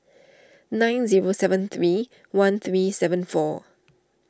nine zero seven three one three seven four